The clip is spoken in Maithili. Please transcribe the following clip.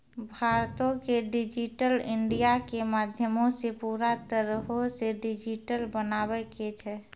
भारतो के डिजिटल इंडिया के माध्यमो से पूरा तरहो से डिजिटल बनाबै के छै